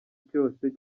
cyose